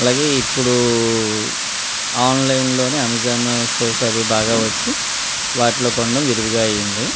అలాగే ఇప్పుడు ఆన్లైన్లోనే అమెజాన్ స్టోర్స్ అవి బాగా వచ్చి వాటిలో కొనడం విరుగుగా అయయింది